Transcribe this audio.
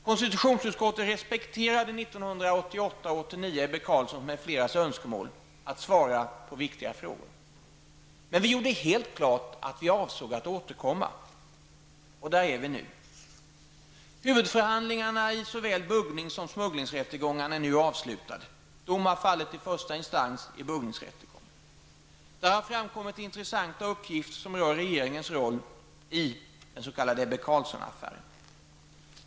KU respekterade 1988 och 1989 Ebbe Carlssons m.fl. önskemål att slippa svara på viktiga frågor. Men vi gjorde helt klart att vi avsåg att återkomma. Och där är vi nu. Huvudförhandlingarna i såväl buggnings som smugglingsrättegångarna är nu avslutade. Dom har fallit i första instans i buggningsrättegången. Där har framkommit intressanta uppgifter som rör regeringens roll i den s.k. Ebbe Carlsson-affären.